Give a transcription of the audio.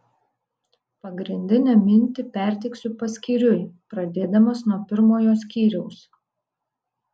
pagrindinę mintį perteiksiu paskyriui pradėdamas nuo pirmojo skyriaus